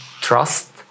trust